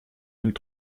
mille